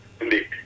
Indeed